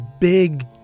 big